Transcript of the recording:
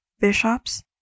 Bishops